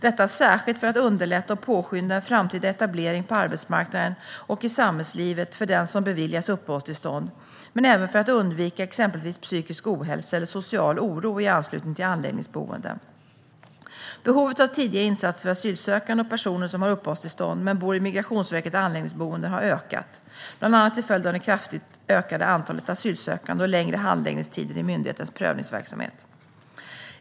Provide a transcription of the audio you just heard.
Detta särskilt för att underlätta och påskynda en framtida etablering på arbetsmarknaden och i samhällslivet för den som beviljas uppehållstillstånd, men även för att undvika exempelvis psykisk ohälsa eller social oro i anslutning till anläggningsboenden. Behovet av tidiga insatser för asylsökande och personer som har uppehållstillstånd men bor i Migrationsverkets anläggningsboenden har ökat, bland annat till följd av det kraftigt ökade antalet asylsökande och längre handläggningstider i myndighetens prövningsverksamhet.